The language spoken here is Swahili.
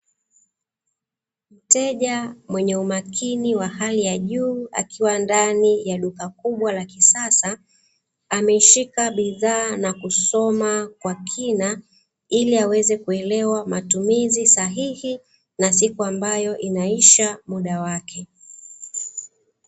Mteja mwenye umakini wa hali ya juu, akiwa ndani ya duka kubwa la kisasa ameshika bidhaaa na kusoma kwa kina ili aweze kuelewa matumizi sahihi na siku ambayo inaisha muda wake.